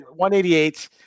188